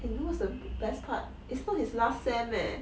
eh you know what's the best part it's not his last sem eh